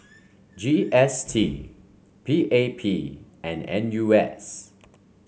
G S T P A P and N U S